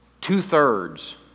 two-thirds